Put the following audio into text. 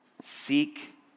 Seek